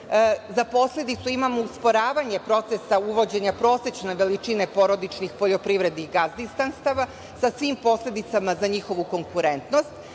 Za posledicu imamo usporavanje procesa uvođenja prosečne veličine porodičnih poljoprivrednih gazdinstava sa svim posledicama za njihovu konkurentnost.